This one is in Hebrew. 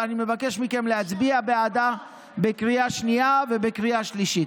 ואני מבקש מכם להצביע בעדה בקריאה השנייה ובקריאה השלישית.